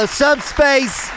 subspace